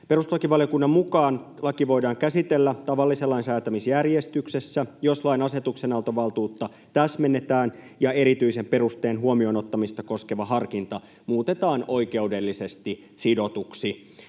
Perustuslakivaliokunnan mukaan laki voidaan käsitellä tavallisen lain säätämisjärjestyksessä, jos lain asetuksenantovaltuutta täsmennetään ja erityisen perusteen huomioon ottamista koskeva harkinta muutetaan oikeudellisesti sidotuksi.